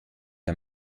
der